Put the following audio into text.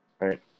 right